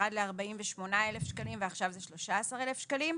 ירד ל-48,000 שקלים ועכשיו הסכום הוא 13,000 שקלים.